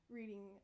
reading